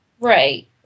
Right